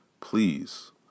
please